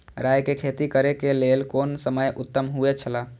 राय के खेती करे के लेल कोन समय उत्तम हुए छला?